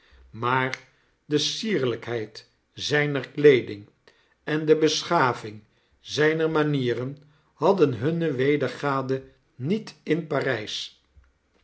maar de sierljjkheid zijner weeding en de beschaving zyner manieren hadden hunne wedergade niet in parys